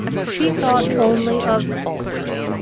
she thought only of falkland,